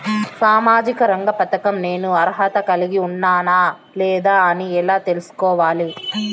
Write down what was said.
సామాజిక రంగ పథకం నేను అర్హత కలిగి ఉన్నానా లేదా అని ఎలా తెల్సుకోవాలి?